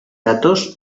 datoz